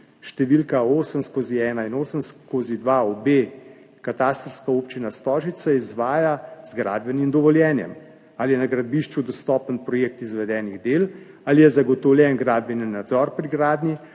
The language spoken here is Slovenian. številka 8/1 in 8/2, obe katastrska občina Stožice, izvaja z gradbenim dovoljenjem, ali je na gradbišču dostopen projekt izvedenih del, ali je zagotovljen gradbeni nadzor pri gradnji,